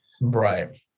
right